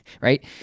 Right